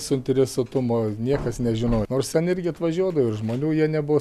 suinteresuotumo niekas nežinojo nors ten irgi atvažiuodavo ir žmonių jie nebuvo